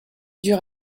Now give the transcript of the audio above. dure